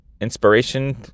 inspiration